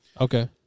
Okay